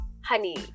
honey